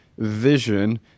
vision